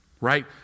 Right